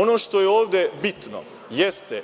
ono što je ovde bitno jeste